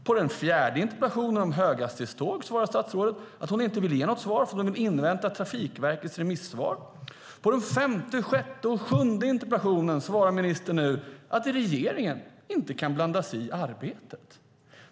På den fjärde interpellationen om höghastighetståg svarar ministern att hon inte vill ge något svar för hon vill invänta Trafikverkets remissvar. På den femte, sjätte och sjunde interpellationen svarar ministern nu att regeringen inte kan blanda sig i arbetet.